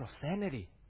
profanity